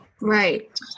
right